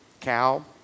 cow